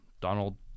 Donald